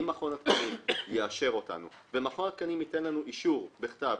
אם מכון התקנים ייתן לנו אישור בכתב